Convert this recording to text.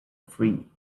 free